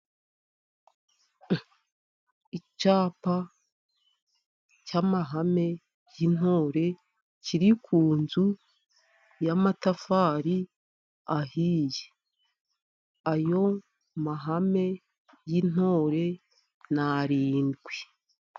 Icyapa cy'amahame y'intore kiri ku nzu y'amatafari ahiye, ayo mahame y'intore ni arindwi.